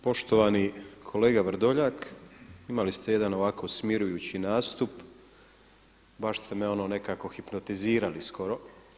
Poštovani kolega Vrdoljak, imali ste jedan ovako smirujući nastup, baš ste me ono nekako hipnotizirali skoro.